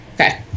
Okay